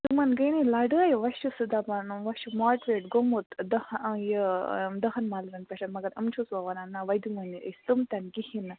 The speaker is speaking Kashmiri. تِمَن گٔے نے لَڑٲے وۅنۍ چھُ سُہ دَپان وۅنۍ چھُ ماٹویٹ گوٚمُت دَہ یہِ دَہَن مَلرٮ۪ن پٮ۪ٹھ مگر یِم چھِس وۅنۍ وَنان نہَ وۅنۍ دِمہوے نہٕ أسۍ تِم تہِ نہٕ کِہیٖنٛۍ نہٕ